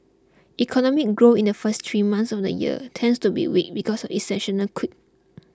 economic growth in the first three months of the year tends to be weak because of a seasonal quirk